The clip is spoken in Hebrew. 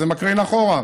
אז זה מקרין אחורה.